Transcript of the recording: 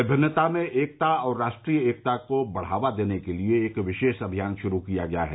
विभिन्नता में एकता और राष्ट्रीय एकता को बढ़ावा देने के लिए एक विशेष अभियान श्रू किया गया है